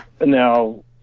Now